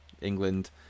England